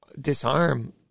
disarm